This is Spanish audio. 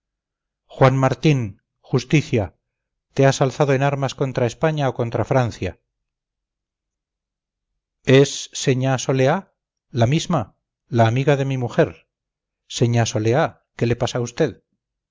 juan martín justicia te has alzado en armas contra españa o contra francia es señásoleá la misma la amiga de mi mujer señásoleá qué le pasa a usted